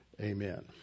amen